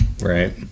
right